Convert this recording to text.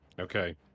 Okay